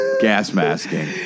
Gas-masking